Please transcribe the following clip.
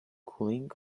cooling